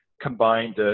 combined